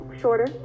shorter